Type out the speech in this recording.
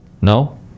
No